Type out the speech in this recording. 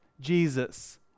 Jesus